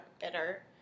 better